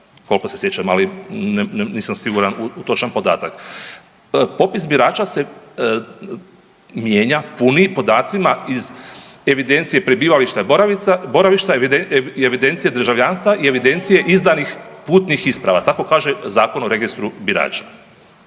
koliko se sjećam, ali nisam siguran u točan podatak. Popis birača se mijenja, po onim podacima iz evidencije prebivališta, boravišta i evidencije državljanstva i evidencije izdanih putnih isprava, tako kaže Zakon o registru birača.